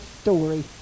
story